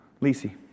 Lisi